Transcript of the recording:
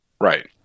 right